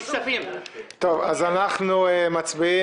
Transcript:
אנחנו נצביע,